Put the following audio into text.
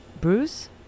Bruce